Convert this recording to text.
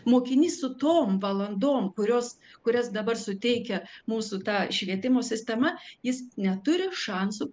mokinys su tom valandom kurios kurias dabar suteikia mūsų ta švietimo sistema jis neturi šansų